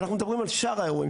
אנחנו מדברים על שאר האירועים.